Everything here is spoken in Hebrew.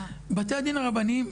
בתי הדין הרבניים,